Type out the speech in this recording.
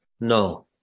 No